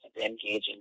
engaging